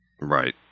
Right